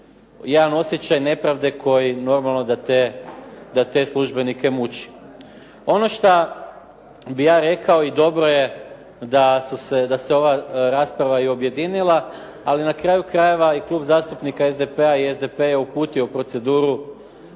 jedan osjećaj nepravde koji normalno da te službenike muči. Ono šta bi ja rekao i dobro je da se ova rasprava i objedinila ali na kraju krajeva i Klub zastupnika SDP-a i SDP je uputio u proceduru